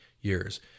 years